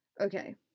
Okay